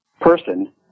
person